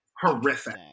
horrific